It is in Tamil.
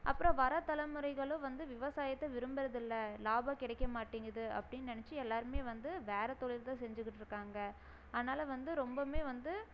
அப்புறம் வர தலைமுறைகளும் வந்து விவசாயத்தை விரும்புறது இல்லை லாபம் கிடைக்க மாட்டேங்குது அப்படினு நினைச்சி எல்லாருமே வந்து வேறு தொழில்தான் செஞ்சிக்கிட்யிருக்காங்க ஆனால வந்து ரொம்பவுமே வந்து